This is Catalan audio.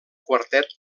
quartet